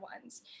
ones